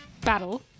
battle